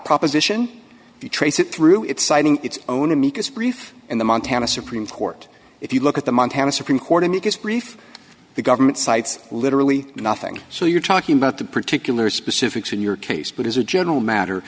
proposition if you trace it through it citing its own amicus brief in the montana supreme court if you look at the montana supreme court amicus brief the government cites literally nothing so you're talking about the particular specifics in your case but as a general matter